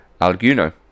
Alguno